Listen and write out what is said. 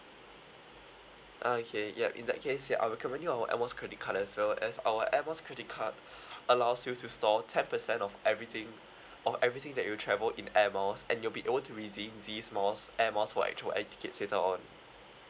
ah okay ya in that case ya I'll recommend you our air miles credit card as well as our air miles credit card allows you to store ten percent of everything of everything that you travel in air miles and you'll be able to redeem these miles air miles for actual air tickets later on